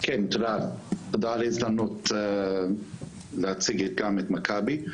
תודה על ההזדמנות להציג גם את מכבי.